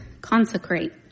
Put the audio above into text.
consecrate